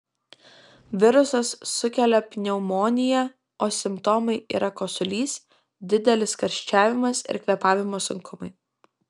virusas sukelia pneumoniją o simptomai yra kosulys didelis karščiavimas ir kvėpavimo sunkumai